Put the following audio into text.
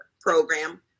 program